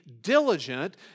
diligent